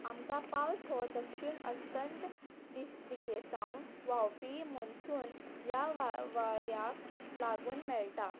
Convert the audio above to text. आमकां पावस हो दक्षिण अस्तंत दिकेसावन व्हांवपी मन्सून ह्या वा वाऱ्याक लागून मेळटा